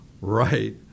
Right